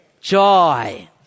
Joy